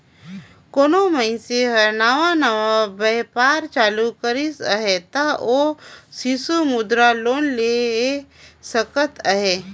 कोनो मइनसे हर नावा नावा बयपार चालू करिस अहे ता ओ सिसु मुद्रा लोन ले सकत अहे